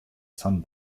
sun